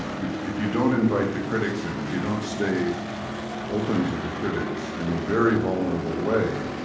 if if you don't invite the critics in, if you don't stay open to the critics in a very vulnerable way,